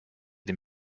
dem